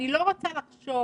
אני לא רוצה לחשוב